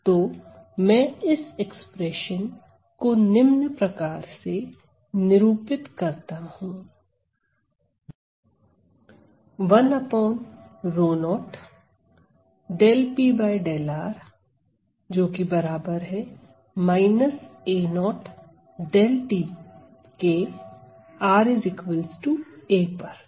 तो मैं इस एक्सप्रेशन को निम्न प्रकार से निरूपित करता हूं